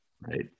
right